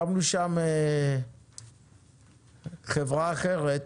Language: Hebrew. הקמנו שם חברה אחרת,